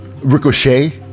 Ricochet